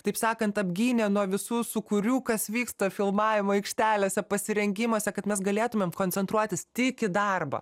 taip sakant apgynė nuo visų sūkurių kas vyksta filmavimo aikštelėse pasirengimuose kad mes galėtumėm koncentruotis tik į darbą